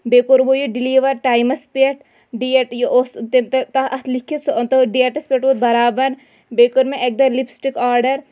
بیٚیہِ کوٚروٕ یہِ ڈِلیٖوَر ٹایمَس پٮ۪ٹھ ڈیٹ یہِ اوس اَتھ لیٚکھِتھ سُہ تٔتھۍ ڈیٹَس پٮ۪ٹھ ووت بَرابَر بیٚیہِ کوٚر مےٚ اَکہِ دۄہ لِپسٹِک آرڈَر